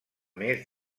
més